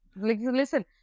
listen